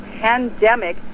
pandemic